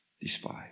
despise